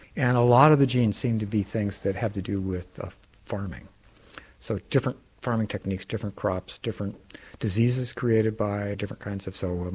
and a lot of the genes seem to be things that have to do with farming so different farming techniques, different crops, different diseases created by different kinds of so um